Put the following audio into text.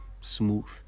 smooth